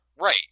Right